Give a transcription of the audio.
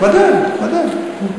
ודאי, ודאי.